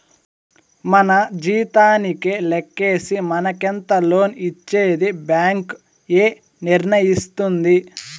మన జీతానికే లెక్కేసి మనకెంత లోన్ ఇచ్చేది బ్యాంక్ ఏ నిర్ణయిస్తుంది